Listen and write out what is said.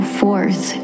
forth